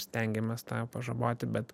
stengiamės tą pažaboti bet